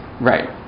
Right